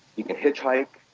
you can hitchhike.